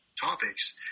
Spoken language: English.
topics